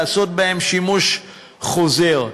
לעשות בהם שימוש חוזר.